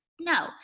No